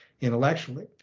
intellectually